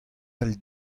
all